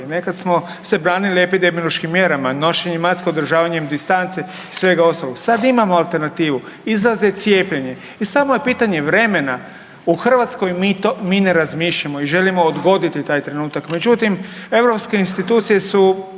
nekad smo se branili epidemiološkim mjerama, nošenjem maske, održavanjem distance i svega ostaloga, sad imamo alternativu, izlaz je cijepljenje i samo je pitanje vremena. U Hrvatskoj mi to, mi ne razmišljamo i želimo odgoditi taj trenutak, međutim europske institucije su